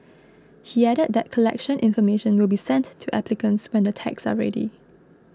he added that collection information will be sent to applicants when the tags are ready